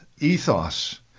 ethos